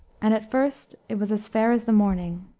and at first it was as fair as the morning,